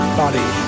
body